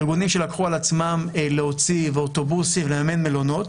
ארגונים שלקחו על עצמם להוציא אוטובוס ולממן מלונות,